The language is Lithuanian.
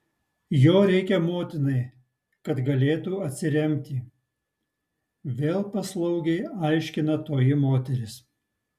jo reikia motinai kad galėtų atsiremti vėl paslaugiai aiškina toji moteris